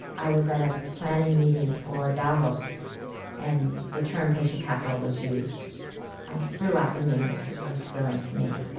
i was at a planning meeting for davos and the term patient capital was used um throughout the meeting, which was really thrilling to me